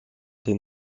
des